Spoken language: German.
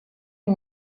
die